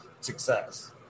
success